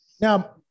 Now